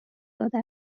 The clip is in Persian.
داده